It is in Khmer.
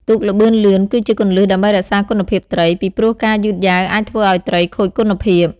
ទូកល្បឿនលឿន គឺជាគន្លឹះដើម្បីរក្សាគុណភាពត្រី ពីព្រោះការយឺតយ៉ាវអាចធ្វើឱ្យត្រីខូចគុណភាព។